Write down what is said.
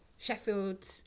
sheffield